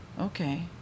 Okay